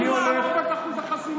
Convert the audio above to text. אני הולך, לא עברת את אחוז החסימה.